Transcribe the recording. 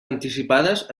anticipades